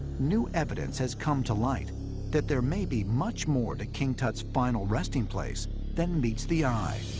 new evidence has come to light that there may be much more to king tut's final resting place than meets the eye.